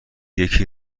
یکی